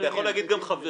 ואתה יכול להגיד גם "חברי",